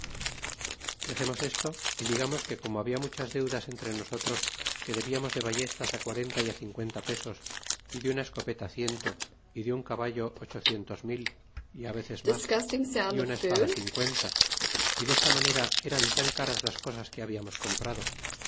dexemos desto y digamos que como habla muchas deudas entre nosotros que debiamos de ballestas quarenta y á cincuenta pesos y de una escopeta ciento y de un caballo ochocientos y mil y á veces mas y una espada cincuenta y desta manera eran tan caras las cosas que hablamos comprado